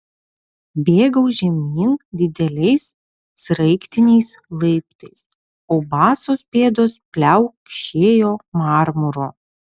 bėgau žemyn dideliais sraigtiniais laiptais o basos pėdos pliaukšėjo marmuru